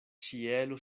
ĉielo